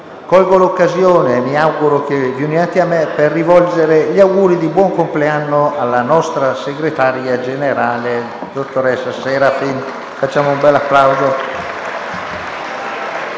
colgo l'occasione - e mi auguro che vi uniate a me - per rivolgere gli auguri di buon compleanno al nostro segretario generale, dottoressa Serafin.